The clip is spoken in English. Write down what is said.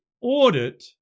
audit